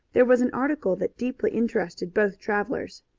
there was an article that deeply interested both travelers.